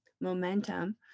momentum